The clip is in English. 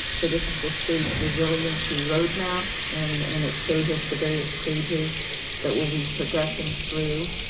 so this is the state's resiliency roadmap, and and it shows us the various stages that we'll be progressing through.